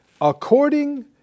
According